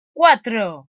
cuatro